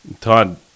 Todd